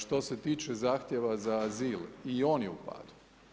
Što se tiče zahtijeva za azil, i on je u padu.